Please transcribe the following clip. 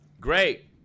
great